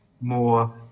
more